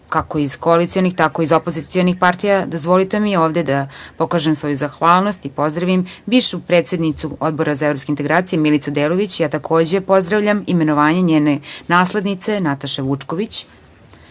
kako iz koalicionih, tako i iz opozicionih partija. Dozvolite mi ovde da pokažem svoju zahvalnost i pozdravim bivšu predsednicu Odbora za evropske integracije Milicu Delević. Takođe pozdravljam imenovanje njene naslednice Nataše Vučković.S